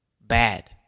bad